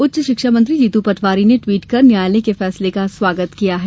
उच्च शिक्षा मंत्री जीतू पटवारी ने टवीट कर न्यायालय के फैसले का स्वागत किया है